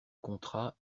contrat